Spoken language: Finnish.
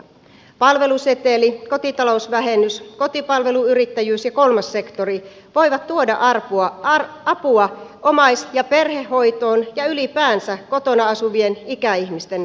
palveluseteli kotitalousvähennys kotipalveluyrittäjyys ja kolmas sektori voivat tuoda apua omais ja perhehoitoon ja ylipäänsä kotona asuvien ikäihmisten arkeen